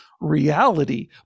reality